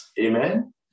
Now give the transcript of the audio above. Amen